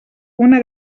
una